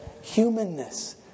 humanness